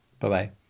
Bye-bye